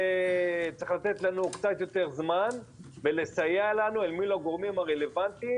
צריך לתת לנו קצת יותר זמן ולסייע לנו אל מול הגורמים הרלוונטיים,